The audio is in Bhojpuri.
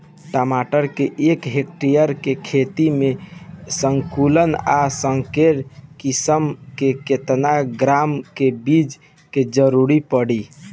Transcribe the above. टमाटर के एक हेक्टेयर के खेती में संकुल आ संकर किश्म के केतना ग्राम के बीज के जरूरत पड़ी?